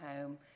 home